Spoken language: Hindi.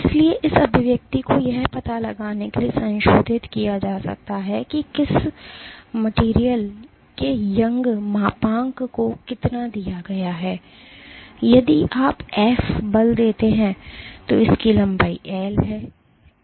इसलिए इस अभिव्यक्ति को यह पता लगाने के लिए संशोधित किया जा सकता है कि किसी सामग्री के यंग मापांक को कितना दिया गया है यदि आप एफ बल देते हैं तो इसकी लंबाई एल है